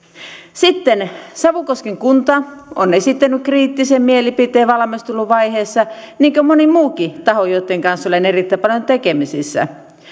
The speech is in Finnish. sitten savukosken kunta on esittänyt kriittisen mielipiteen valmisteluvaiheessa niin kuin moni muukin taho joitten kanssa olen erittäin paljon tekemisissä